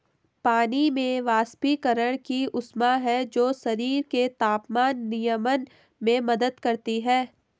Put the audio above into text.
पानी में वाष्पीकरण की ऊष्मा है जो शरीर के तापमान नियमन में मदद करती है